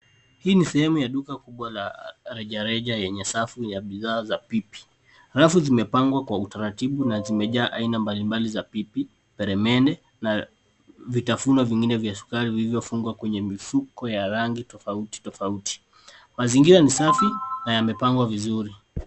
Hii ni sehemu ya duka kubwa la rejareja yenye safu ya bidhaa za pipi. Rafu zimepangwa kwa utaratibu na zimejaa aina mbalimbali za pipi, peremende na vitafunio vingine vya sukari vilivyofungwa kwenye mifuko ya rangi tofauti, tofauti. Mazingira ni safi na yamepangwa vizuri.